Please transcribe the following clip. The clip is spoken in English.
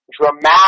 dramatic